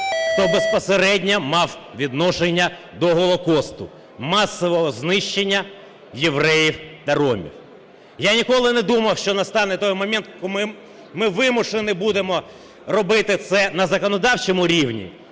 хто безпосередньо мав відношення до Голокосту - масового знищення євреїв та ромів. Я ніколи не думав, що настане той момент, коли ми вимушені будемо робити це на законодавчому рівні.